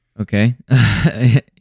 Okay